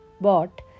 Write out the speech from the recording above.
bought